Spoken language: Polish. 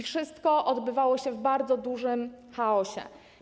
Wszystko odbywało się w bardzo dużym chaosie.